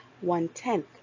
one-tenth